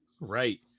Right